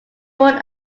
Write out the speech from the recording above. born